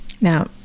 Now